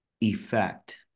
effect